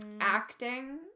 Acting